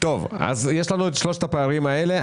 יש לנו את שלושת הפערים האלה.